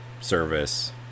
service